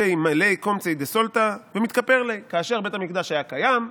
מלי קומציה דסולתא ומתכפר ליה" כאשר בית המקדש היה קיים,